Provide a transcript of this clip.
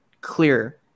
clear